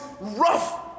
rough